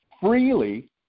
freely